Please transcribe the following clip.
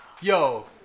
yo